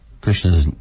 Krishna